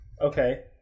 Okay